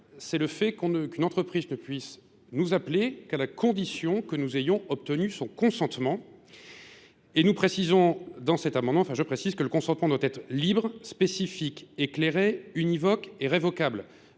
c'est le fait qu'une entreprise ne puisse nous appeler qu'à la condition que nous ayons obtenu son consentement. Et nous précisons dans cet amendement, enfin je précise, que le consentement de nos têtes libres, spécifique, éclairé, univoque et révocable.